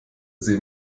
sie